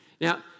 Now